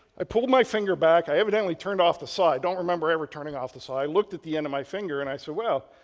i pulled my finger back. i evidently turned off the saw. i don't remember ever turning off the saw. i looked at the end of my finger and i said, so well,